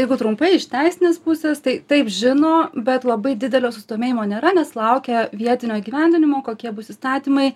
jeigu trumpai iš teisinės pusės tai taip žino bet labai didelio susidomėjimo nėra nes laukia vietinio įgyvendinimo kokie bus įstatymai